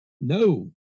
No